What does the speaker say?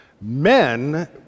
Men